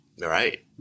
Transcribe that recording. right